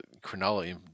Cronulla